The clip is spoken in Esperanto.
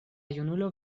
junulo